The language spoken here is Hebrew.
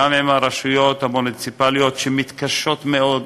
גם עם הרשויות המוניציפליות שמתקשות מאוד,